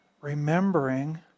remembering